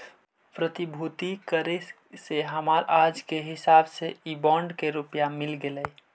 प्रतिभूति करे से हमरा आज के हिसाब से इ बॉन्ड के रुपया मिल गेलइ